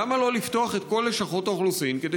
למה לא לפתוח את כל לשכות האוכלוסין כדי